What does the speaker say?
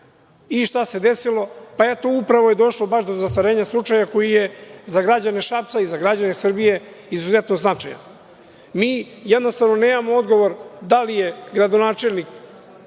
I, šta se desilo? Upravo je došlo baš do zastarenja slučaja koji je za građane Šapca i za građane Srbije izuzetno značajan. Mi jednostavno nemamo odgovor da li je gradonačelnik